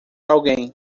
alguém